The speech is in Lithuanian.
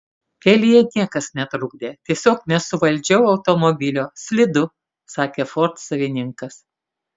kelyje niekas netrukdė tiesiog nesuvaldžiau automobilio slidu sakė ford savininkas